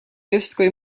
justkui